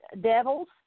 devils